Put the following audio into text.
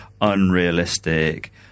unrealistic